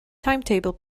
timetable